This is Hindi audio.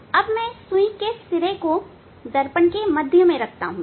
अब मैं सुई के सिरे को दर्पण के मध्य में रखता हूं